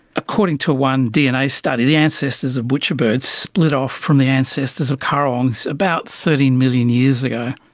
according to one dna study, the ancestors of butcherbirds split off from the ancestors of currawongs about thirteen million years ago.